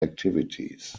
activities